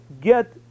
get